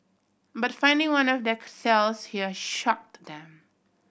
but finding one of their cells here shocked them